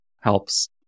helps